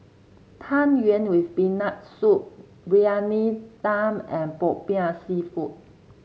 Tang Yuen with Peanut Soup Briyani Dum and popiah seafood